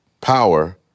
power